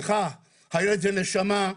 ילד זה נשמה,